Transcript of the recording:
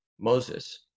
Moses